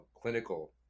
clinical